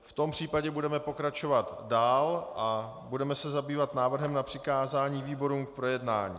V tom případě budeme pokračovat dál a budeme se zabývat návrhem na přikázání výborům k projednání...